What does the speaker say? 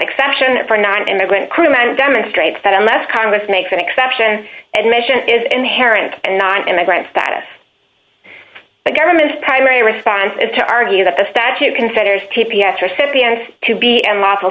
exception for nonimmigrant crimen demonstrates that unless congress makes an exception admission is inherent and not immigrant status the government's primary response is to argue that the statute considers t p s recipients to be a